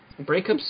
Breakups